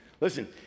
listen